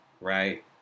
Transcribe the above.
right